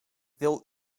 wil